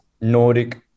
Nordic